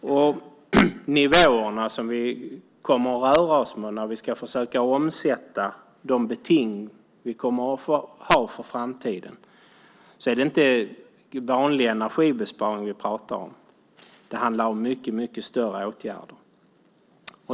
När det gäller de nivåer som vi kommer att röra oss med när vi ska försöka omsätta de beting vi kommer att ha för framtiden är det inte vanlig energibesparing vi pratar om. Det handlar om mycket större åtgärder.